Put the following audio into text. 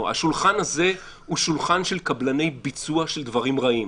השולחן הזה הוא שולחן של קבלני ביצוע של דברים רעים.